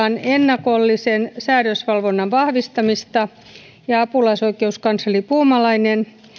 puheenvuorossaan ennakollisen säädösvalvonnan vahvistamista ja apulaisoikeuskansleri puumalainen